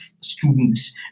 students